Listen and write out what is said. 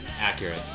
accurate